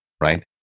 right